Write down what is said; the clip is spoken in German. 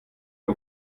der